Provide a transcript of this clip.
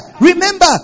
remember